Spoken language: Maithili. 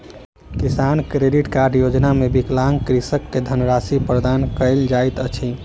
किसान क्रेडिट कार्ड योजना मे विकलांग कृषक के धनराशि प्रदान कयल जाइत अछि